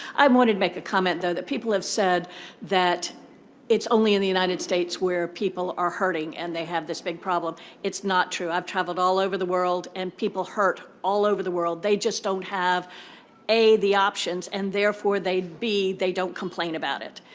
i um wanted to make a comment, though, that people have said that it's only in the united states where people are hurting, and they have this big problem. it's not true. i've traveled all over the world. and people hurt all over the world. they just don't have a the options, and therefore, they b they don't complain about it.